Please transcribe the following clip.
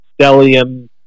stellium